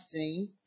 19